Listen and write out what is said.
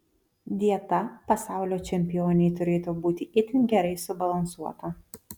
dieta pasaulio čempionei turėtų būti itin gerai subalansuota